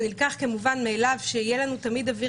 שנלקח כמובן מאליו שיהיה לנו תמיד אוויר